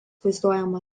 vaizduojama